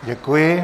Děkuji.